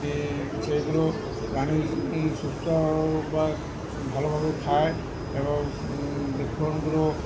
এই সেইগুলো প্রাণী সুস্থ বা ভালভাবে খায় এবং